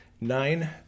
Nine